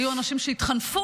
היו אנשים שהתחנפו